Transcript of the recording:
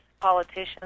Politicians